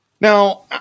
now